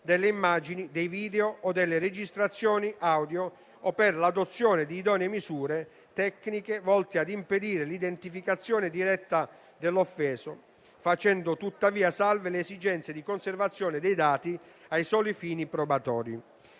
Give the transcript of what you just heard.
delle immagini dei video o delle registrazioni audio o per l'adozione di idonee misure tecniche volte ad impedire l'identificazione diretta dell'offeso, facendo tuttavia salve le esigenze di conservazione dei dati ai soli fini probatori.